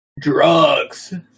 drugs